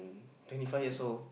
twenty five years old